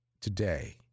today